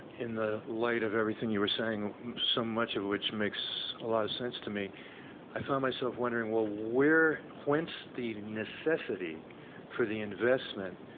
in the light of everything you were saying so much of which makes a lot of sense to me i found myself wondering, well, whence the necessity for the investment